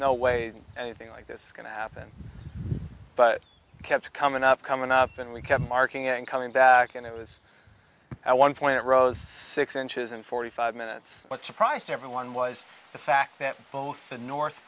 no way anything like this is going to happen but kept coming up coming up and we kept marking it and coming back and it was one point rose six inches and forty five minutes what surprised everyone was the fact that both the north